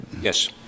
Yes